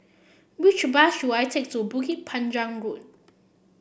which bus should I take to Bukit Panjang Road